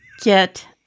Get